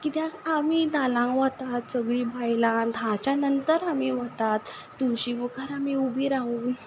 किद्याक आमी धालांक वतात सगलीं बायलां धाच्या नंतर आमी वतात तुळशी मुखार आमी उबी रावून